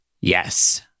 Yes